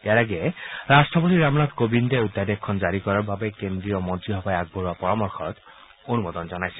ইয়াৰ আগেয়ে ৰাট্টপতি ৰামনাথ কোবিন্দে অধ্যাদেশখন জাৰি কৰাৰ বাবে কেন্দ্ৰীয় মন্ত্ৰীসভাত আগবঢ়োৱা পৰামৰ্শত অনুমোদন জনাইছিল